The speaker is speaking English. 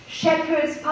shepherds